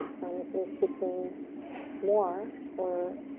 and if you're seeking more or